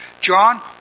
John